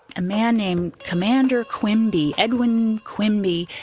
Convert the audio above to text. a man named commander quinby, edwin quinby,